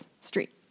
street